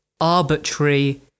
arbitrary